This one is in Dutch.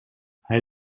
hij